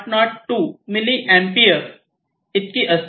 02 milliampere इतकी असते